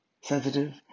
sensitive